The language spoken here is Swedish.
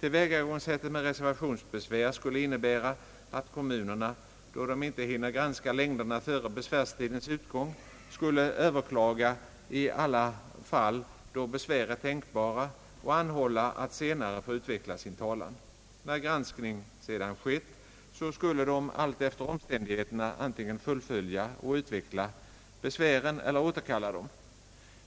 Tillvägagångssättet med reservationsbesvär skulle innebära att kommunerna, då de inte hinner granska längderna före besvärstidens utgång, skulle överklaga i alla fall då besvär är tänkbara och anhålla att senare få utveckla sin talan. När granskning skett skulle de alltefter omständigheterna antingen fullfölja och utveckla besvären eller återkalla dem.